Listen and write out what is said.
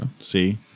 See